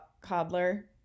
cobbler